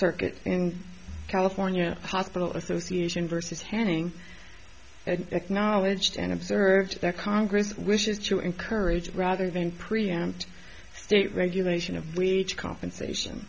circuit in california hospital association versus hanging acknowledged and observed that congress wishes to encourage rather than preempt state regulation of compensation